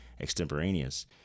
extemporaneous